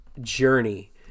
journey